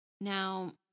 Now